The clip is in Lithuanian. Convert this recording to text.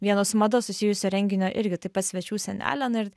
vieno su mada susijusio renginio irgi taip pat svečių sienele na ir